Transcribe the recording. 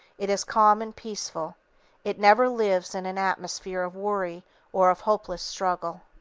it is calm and peaceful it never lives in an atmosphere of worry or of hopeless struggle.